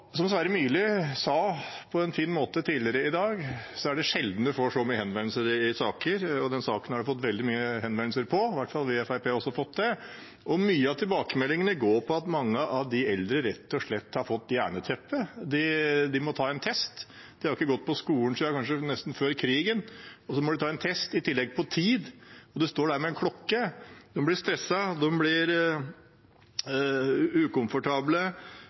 i saker som i denne saken. Vi i Fremskrittspartiet har i hvert fall fått veldig mange henvendelser. Mange av tilbakemeldingene går på at mange av de eldre rett og slett har fått jernteppe. De må ta en test. De har kanskje nesten ikke gått på skolen siden før krigen, og så må de ta en test, i tillegg på tid, og man står der med en klokke. De blir stresset, de blir ukomfortable,